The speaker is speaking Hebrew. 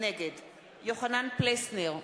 נגד יוחנן פלסנר,